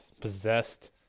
Possessed